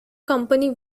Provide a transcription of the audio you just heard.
company